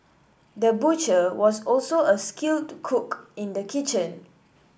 the butcher was also a skilled cook in the kitchen